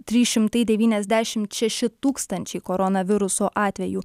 trys šimtai devyniasdešimt šeši tūkstančiai koronaviruso atvejų